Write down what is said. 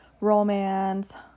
romance